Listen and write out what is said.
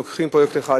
אם לוקחים פרויקט אחד,